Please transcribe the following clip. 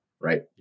right